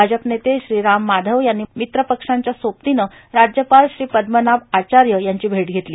भाजप नेते श्री राम माधव यांनी मित्रपक्षांच्या सोबतीनं राज्यपाल श्री पद्मनाथ आचार्य यांची भेट घेतली